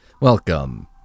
Welcome